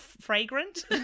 fragrant